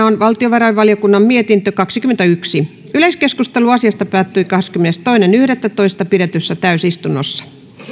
on valtiovarainvaliokunnan mietintö kaksikymmentäyksi yleiskeskustelu asiasta päättyi kahdeskymmenestoinen yhdettätoista kaksituhattakahdeksantoista pidetyssä täysistunnossa